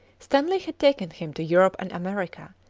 stanley had taken him to europe and america,